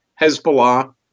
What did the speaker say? Hezbollah